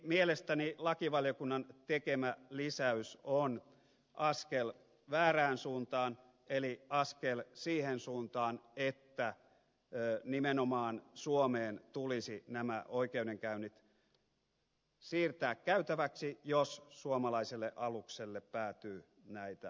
mielestäni lakivaliokunnan tekemä lisäys on askel väärään suuntaan eli askel siihen suuntaan että nimenomaan suomeen tulisi nämä oikeudenkäynnit siirtää käytäväksi jos suomalaiselle alukselle päätyy näitä merirosvoja